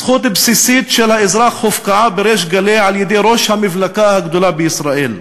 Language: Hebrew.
זכות בסיסית של האזרח הופקעה בריש גלי על-ידי ראש המפלגה הגדולה בישראל.